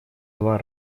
два